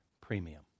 premium